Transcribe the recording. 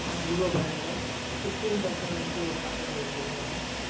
Vivo பாருங்கள் madam fifteen தெளசன்ட்லந்து starting rate இருக்கு மேடம்